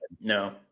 no